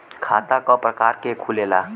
खाता क प्रकार के खुलेला?